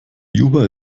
juba